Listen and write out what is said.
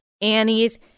Annie's